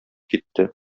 китте